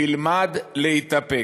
תלמד להתאפק.